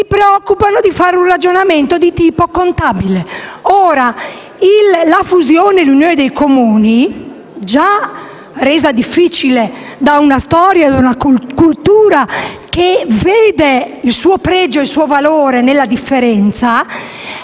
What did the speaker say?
preoccupano di fare un ragionamento di tipo contabile. La fusione e l'unione dei Comuni, già resa difficile da una storia e una cultura che vedono il loro pregio e il loro valore nella differenza,